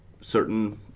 certain